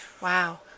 Wow